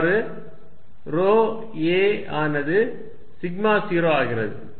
இவ்வாறு ρ a ஆனது σ0 ஆகிறது